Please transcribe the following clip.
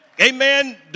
Amen